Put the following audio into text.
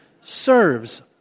serves